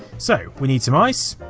so we need some ice.